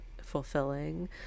fulfilling